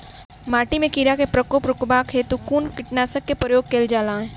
माटि मे कीड़ा केँ प्रकोप रुकबाक हेतु कुन कीटनासक केँ प्रयोग कैल जाय?